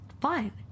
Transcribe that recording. fine